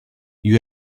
you